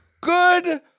good